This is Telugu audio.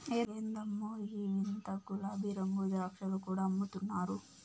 ఎందమ్మో ఈ వింత గులాబీరంగు ద్రాక్షలు కూడా అమ్ముతున్నారు